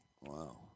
Wow